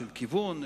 של כיוון,